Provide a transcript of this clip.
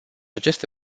aceste